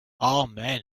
amen